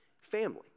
family